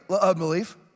Unbelief